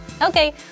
Okay